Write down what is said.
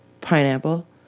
pineapple